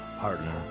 partner